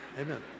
Amen